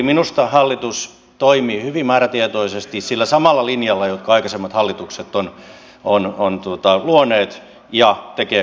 minusta hallitus toimi hyvin määrätietoisesti sillä samalla linjalla jonka aikaisemmat hallitukset ovat luoneet ja tekee koko ajan lisää